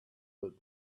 that